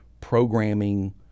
programming